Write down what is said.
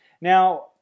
Now